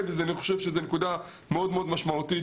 ואני חושב שזו נקודה מאוד משמעותית.